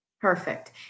Perfect